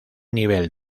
nivel